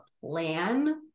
plan